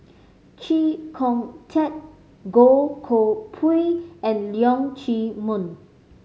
Chee Kong Tet Goh Koh Pui and Leong Chee Mun